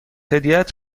هدیهات